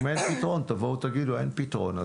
אם אין פתרון תבואו ותגידו שאין פתרון,